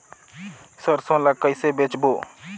सरसो ला कइसे बेचबो?